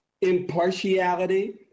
Impartiality